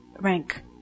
rank